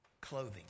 clothing